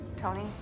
Tony